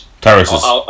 Terraces